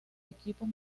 equipos